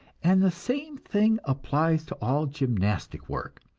and the same thing applies to all gymnastic work.